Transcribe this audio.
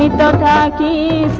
da da